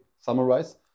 summarize